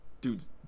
dude's